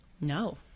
No